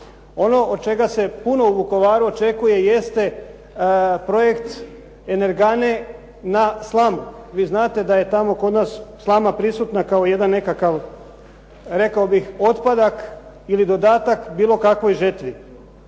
Ono od čega se puno u Vukovaru očekuje jeste projekt energane za slamu. Vi znate da je tamo kod nas slama prisutna kao jedan nekakav, rekao bih otpadak ili dodatak bilo kakvoj žetvi.